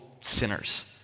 sinners